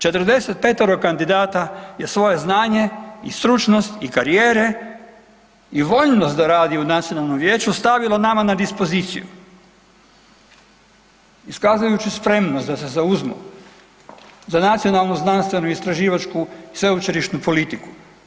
45 kandidata je svoje znanje i stručnost i karijere i voljnost da radi u Nacionalnom vijeću stavilo nama na dispoziciju iskazujući spremnost da se zauzmu za nacionalnu, znanstvenu, istraživačku i sveučilišnu politiku.